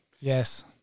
yes